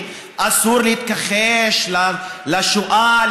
שאסור להתכחש לשואה,